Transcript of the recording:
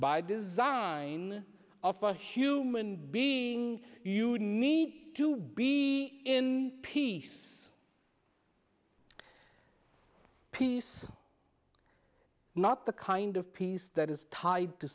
by design of a human being you need to be in peace peace not the kind of peace that is tied to